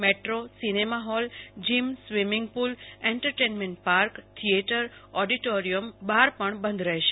મૈદ્રો cinema hall gym swimming pool entertainment park theatre auditorium બ્રિ પણ બંધ રહેશે